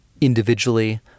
individually